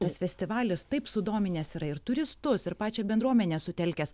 tas festivalis taip sudominęs yra ir turistus ir pačią bendruomenę sutelkęs